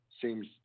seems